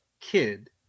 kid